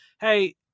hey